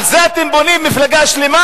על זה אתם בונים מפלגה שלמה?